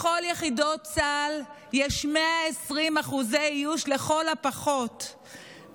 בכל יחידות צה"ל יש 120% איוש לכל הפחות,